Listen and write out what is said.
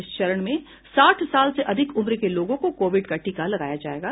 इस चरण में साठ साल से अधिक उम्र के लोगों को कोविड का टीका लगाया जायेगा